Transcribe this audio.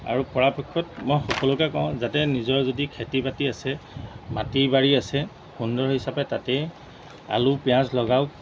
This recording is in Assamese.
আৰু পৰাপক্ষত মই সকলোকে কওঁ যাতে নিজৰ যদি খেতি বাতি আছে মাটি বাৰী আছে সুন্দৰ হিচাপে তাতে আলু পিঁয়াজ লগাওক